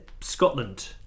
Scotland